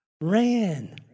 Ran